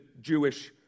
Jewish